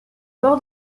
bord